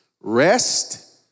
rest